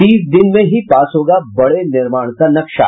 तीस दिन में ही पास होगा बड़े निर्माण का नक्शा